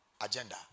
agenda